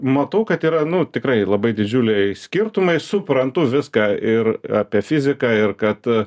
matau kad yra nu tikrai labai didžiuliai skirtumai suprantu viską ir apie fiziką ir kad